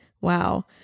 Wow